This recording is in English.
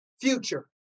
future